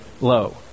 low